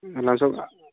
हमरासब